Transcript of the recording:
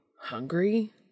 hungry